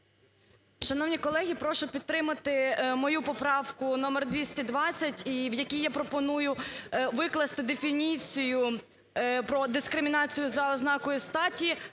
Шановні колеги, прошу підтримати мою поправку номер 220, і в якій я пропоную викласти дефініцію про дискримінацію за ознакою статі